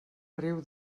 riu